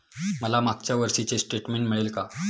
मला मागच्या वर्षीचे स्टेटमेंट मिळेल का?